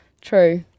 True